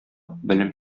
белем